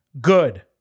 good